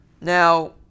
Now